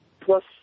Plus